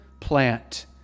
plant